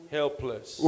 helpless